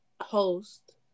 Host